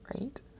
right